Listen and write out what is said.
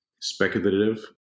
speculative